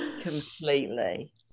Completely